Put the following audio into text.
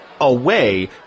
away